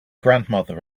grandmother